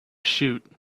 shoot